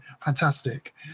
Fantastic